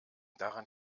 daran